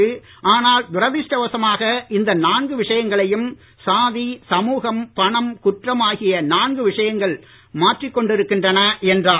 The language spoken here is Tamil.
சிறப்பு ஆனால் துரதிர்ஷ்டவசமாகஇந்தநான்குவிஷயங்களையும்சாதி சமூகம் பணம் குற்றம்ஆகியநான்குவிஷயங்கள்மாற்றிக்கொண்டிருக்கின்றன என்றார்